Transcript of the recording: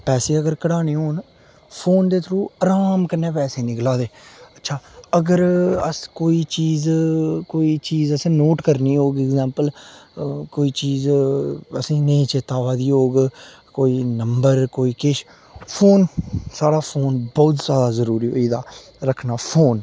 पैसे अगर कड्ढाने होन फोन दे थ्रू आराम कन्नै पैसे निकला दे अच्छा अगर अस कोई चीज़ कोई चीज़ असें नोट करनी होग एग्जॉम्पल कोई चीज़ असें गी नेईं चेता आवा दी होग कोई नंबर कोई किश फोन साढ़ा फोन बहोत जादा जरूरी होई गेदा रखना फोन